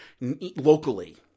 locally